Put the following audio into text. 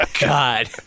God